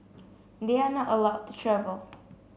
they are not allowed to travel